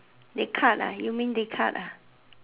they cut ah you mean they cut ah